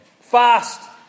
Fast